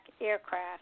aircraft